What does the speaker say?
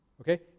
Okay